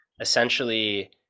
essentially